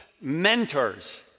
mentors